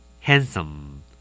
Handsome